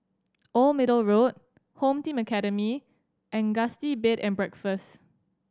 Old Middle Road Home Team Academy and Gusti Bed and Breakfast